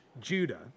Judah